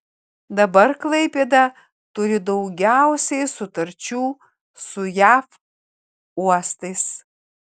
dabar klaipėda turi daugiausiai sutarčių su jav uostais